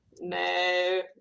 no